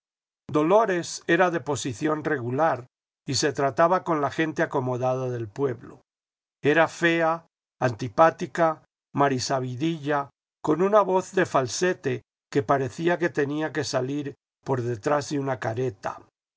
dolores era de posición regular y se trataba con la gente acomodada del pueblo era fea antipática marisabidilla con una voz de falsete que parecía que tenía que salir por detrás de una careta